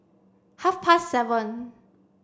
half past seven